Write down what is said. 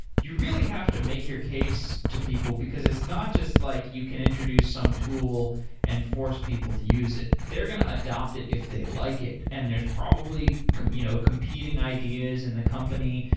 you really have to make your case to people, because it's not just like you can introduce some tool and force people to use it. they're going to adapt it if they like it and there's probably no you know competing ideas in the company.